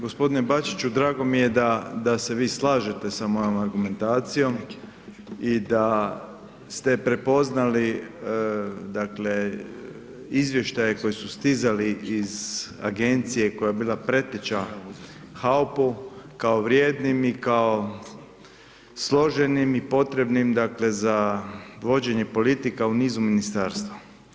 Gospodine Bačiću, drago mi je da se vi slažete s mojom argumentacijom i da ste prepoznali, dakle izvještaje koji su stizali iz agencije koja je bila preteča HAOP-u kao vrijednim i kao složenim i potrebnim, dakle, za vođenje politika u nizu ministarstva.